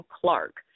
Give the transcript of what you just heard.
Clark